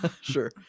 Sure